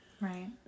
Right